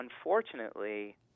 unfortunately